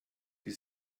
die